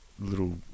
little